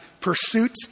pursuit